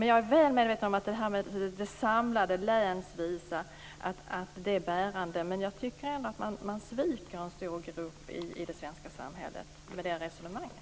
Jag är väl medveten om att en samling länsvis är bärande. Men jag tycker ändå att man sviker en stor grupp i det svenska samhället med det resonemanget.